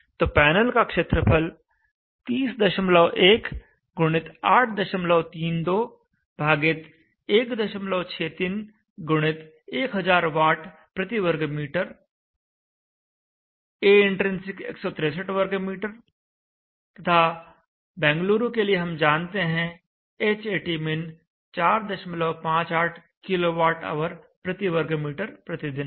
तो पैनल का क्षेत्रफल 301x832163 गुणित 1000 Wm2 Aintrinsic 163 m2 तथा बेंगलुरु के लिए हम जानते हैं Hatmin 458 kWhm2day है